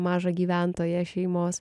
mažą gyventoją šeimos